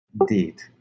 Indeed